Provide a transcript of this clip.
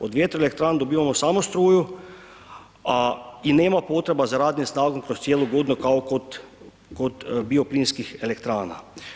Od vjetroelektrana dobivamo samo struju a i nema potreba za radnom snagom kroz cijelu godinu kao kod bioplinskih elektrana.